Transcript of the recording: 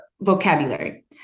vocabulary